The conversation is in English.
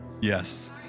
Yes